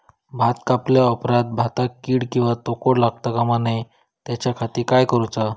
भात कापल्या ऑप्रात भाताक कीड किंवा तोको लगता काम नाय त्याच्या खाती काय करुचा?